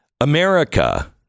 America